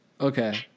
Okay